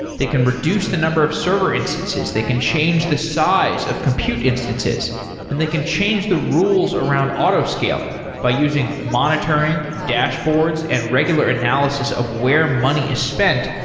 they can reduce the number of server instances. they can change the size of compute instances and they can change the rules around auto scaling by using monitoring, dashboards and regular analysis of where money is spent.